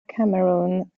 cameroon